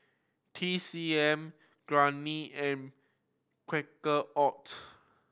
T C M Garnier and Quaker Oat